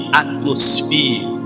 atmosphere